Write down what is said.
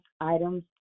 items